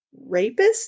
rapist